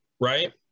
right